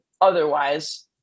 otherwise